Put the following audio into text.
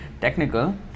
technical